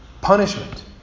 punishment